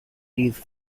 these